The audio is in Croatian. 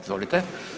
Izvolite.